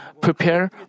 prepare